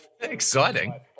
Exciting